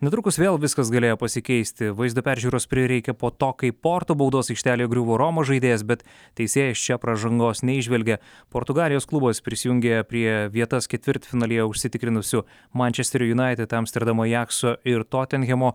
netrukus vėl viskas galėjo pasikeisti vaizdo peržiūros prireikė po to kai porto baudos aikštelėje griuvo romos žaidėjas bet teisėjas čia pražangos neįžvelgė portugalijos klubas prisijungė prie vietas ketvirtfinalyje užsitikrinusių mančesterio united amsterdamo ajax ir totenhemo